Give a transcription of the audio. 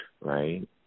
right